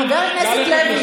חבר הכנסת לוי,